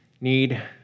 need